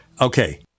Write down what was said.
Okay